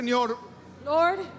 Lord